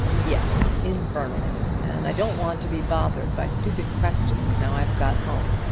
yes infernally. and i don't want to be bothered by stupid questions now i've got home.